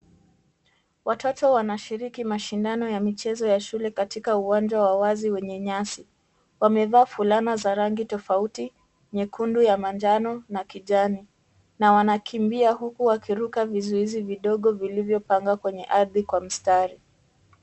Watoto wanashiriki mashindano ya michezo ya shule katika uwanja wa wazi wenye nyasi. Wamevaa fulana za rangi tofauti, nyekundu, ya manjano, na kijani, na wanakimbia huku wakiruka vizuizi vidogo vilivyopangwa kwenye ardhi kwa mstari.